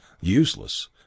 Useless